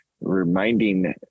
reminding